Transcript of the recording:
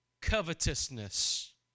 covetousness